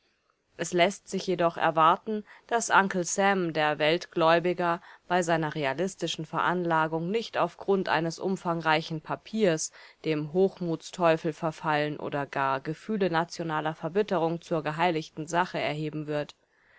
es läßt sich jedoch erwarten daß uncle sam der weltgläubiger bei seiner realistischen veranlagung nicht auf grund eines umfangreichen papiers dem hochmutsteufel verfallen oder gar gefühle nationaler verbitterung zur geheiligten sache erheben wird